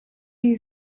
you